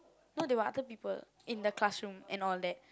no there were other people in the classroom and all that